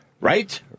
right